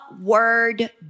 word